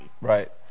right